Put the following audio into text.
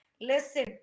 listen